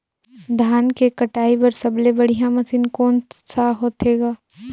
धान के कटाई बर सबले बढ़िया मशीन कोन सा होथे ग?